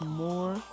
more